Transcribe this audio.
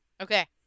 Okay